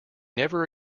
never